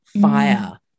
fire